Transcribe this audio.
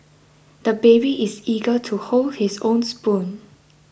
the baby is eager to hold his own spoon